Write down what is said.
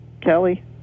kelly